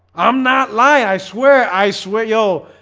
i'm not lying. i swear i swear yo.